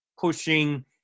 pushing